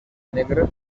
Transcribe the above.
negre